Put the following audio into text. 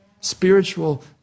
Spiritual